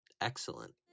excellent